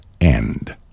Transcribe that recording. end